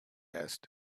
asked